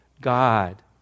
God